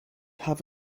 have